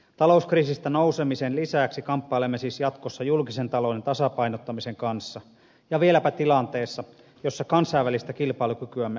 talouskriisistä nousemisen lisäksi kamppailemme siis jatkossa julkisen talouden tasapainottamisen kanssa ja vieläpä tilanteessa jossa kansainvälistä kilpailukykyämme arvioidaan päivittäin